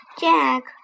Jack